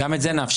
גם את זה נאפשר.